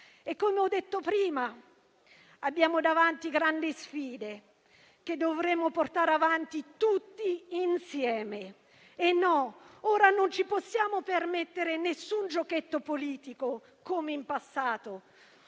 Come ho detto prima, abbiamo davanti grandi sfide che dovremo portare avanti tutti insieme. E, no, ora non ci possiamo permettere nessun giochetto politico, come in passato;